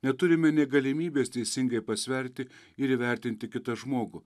neturime nė galimybės teisingai pasverti ir įvertinti kitą žmogų